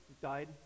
died